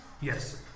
Yes